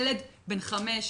ילד בן חמש,